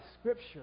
scripture